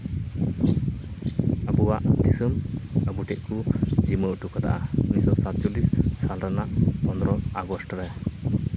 ᱟᱵᱚᱣᱟᱜ ᱫᱤᱥᱚᱢ ᱟᱵᱚ ᱴᱷᱮᱡ ᱠᱚ ᱡᱤᱢᱟᱹ ᱦᱚᱴᱚ ᱠᱟᱫᱟ ᱩᱱᱤᱥ ᱥᱚ ᱥᱟᱛᱪᱚᱞᱞᱤᱥ ᱥᱟᱞ ᱨᱮᱱᱟᱜ ᱯᱚᱸᱫᱽᱨᱚᱭ ᱟᱜᱚᱥᱴ ᱨᱮ